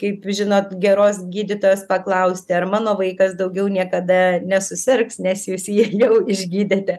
kaip žinot geros gydytojos paklausti ar mano vaikas daugiau niekada nesusirgs nes jūs jį jau išgydėte